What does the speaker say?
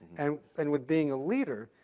um and with being a leader.